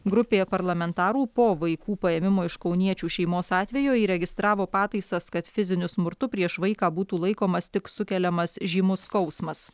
grupė parlamentarų po vaikų paėmimo iš kauniečių šeimos atvejo įregistravo pataisas kad fiziniu smurtu prieš vaiką būtų laikomas tik sukeliamas žymus skausmas